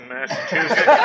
Massachusetts